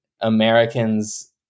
Americans